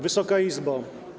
Wysoka Izbo!